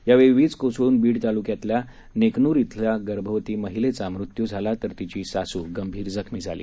यावेळी वीज कोसळून बीड तालुक्यातल्या नेकनुर येथील गर्भवती महिलेचा मृत्यू झाला तर तिची सासू गंभीर जखमी झाली